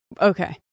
Okay